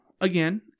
again